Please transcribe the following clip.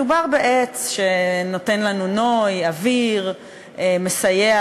מדובר בעץ שנותן לנו נוי, אוויר, מסייע